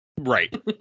Right